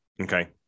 Okay